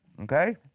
Okay